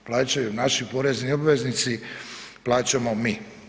Plaćaju naši porezni obveznici, plaćamo mi.